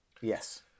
Yes